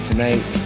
Tonight